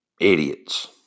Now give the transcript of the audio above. Idiots